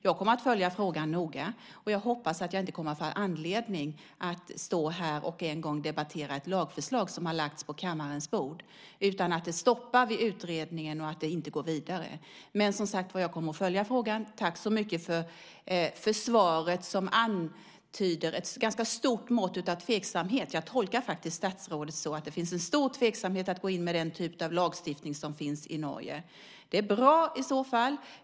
Jag kommer att följa frågan noga. Jag hoppas att jag inte kommer att få anledning att en dag stå här och debattera ett lagförslag som har lagts på kammarens bord utan att det stoppar vid utredningen och inte går vidare, men jag kommer som sagt att följa frågan. Tack så mycket för svaret, som antyder ett ganska stort mått av tveksamhet. Jag tolkar statsrådet så att det finns en stor tveksamhet inför att gå in med den typ av lagstiftning som finns i Norge. Det är bra i så fall.